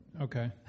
Okay